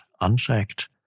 unchecked